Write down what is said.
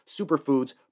superfoods